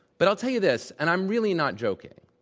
but i'll tell you this, and i'm really not joking,